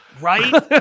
Right